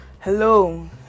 Hello